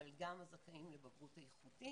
אבל גם הזכאים לבגרות איכותית.